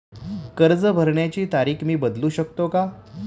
कर्ज भरण्याची तारीख मी बदलू शकतो का?